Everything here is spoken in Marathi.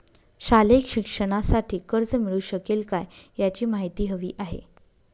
शालेय शिक्षणासाठी कर्ज मिळू शकेल काय? याची माहिती हवी आहे